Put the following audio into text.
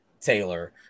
Taylor